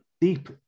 deep